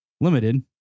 limited